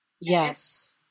yes